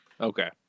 Okay